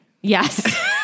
Yes